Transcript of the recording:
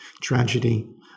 tragedy